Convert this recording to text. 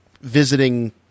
visiting